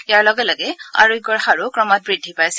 ইয়াৰ লগে লগে আৰোগ্যৰ হাৰো ক্ৰমাৎ বুদ্ধি পাইছে